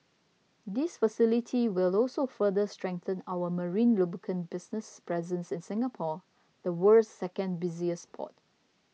this facility will also further strengthen our marine lubricant business's presence in Singapore the world's second busiest port